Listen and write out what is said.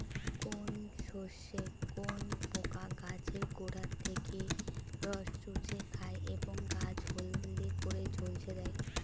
কোন শস্যে কোন পোকা গাছের গোড়া থেকে রস চুষে খায় এবং গাছ হলদে করে ঝলসে দেয়?